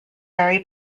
very